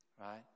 right